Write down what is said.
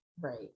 right